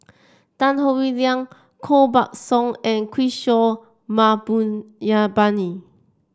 Tan Howe Liang Koh Buck Song and Kishore Mahbubani